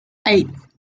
eight